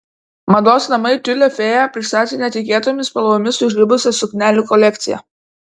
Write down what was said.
mados namai tiulio fėja pristatė netikėtomis spalvomis sužibusią suknelių kolekciją